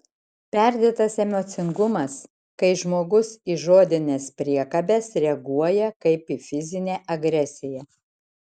perdėtas emocingumas kai žmogus į žodines priekabes reaguoja kaip į fizinę agresiją